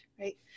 right